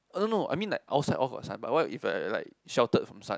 I don't know I mean outside of what if like like like sheltered from sun